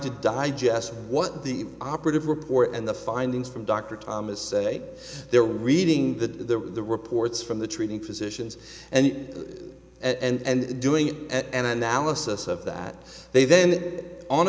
to digest what the operative report and the findings from dr thomas say they're reading the reports from the treating physicians and at and doing it at an analysis of that